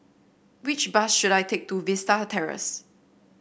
which bus should I take to Vista Terrace